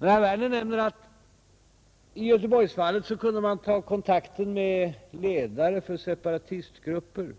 Herr Wemer i Tyresö nämnde att man i Göteborgsfallet kunde ta kontakt med ledare för separatistgrupper,